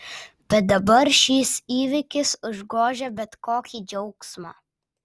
bet dabar šis įvykis užgožia bet kokį džiaugsmą